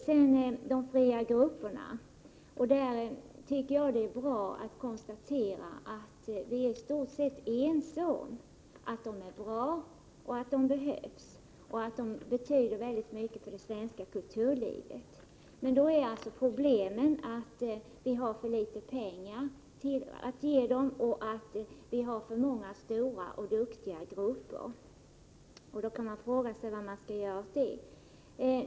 Sedan tycker jag att det är bra att kunna konstatera att vi i stort sett är ense om att de fria teatergrupperna är bra, att de behövs och att de betyder väldigt mycket för det svenska kulturlivet. Men då är problemet att vi har för litet pengar att ge dem och att det finns för många stora och duktiga grupper. Man kan fråga sig vad som finns att göra åt det.